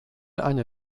eine